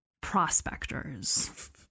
prospectors